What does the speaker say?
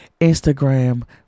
Instagram